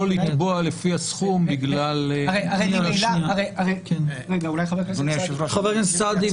לתבוע לפי הסכום בגלל --- חבר הכנסת סעדי,